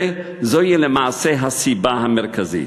זוהי למעשה הסיבה המרכזית.